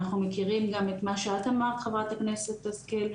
אנחנו מכירים גם את מה שאת אמרת, חברת הכנסת השכל,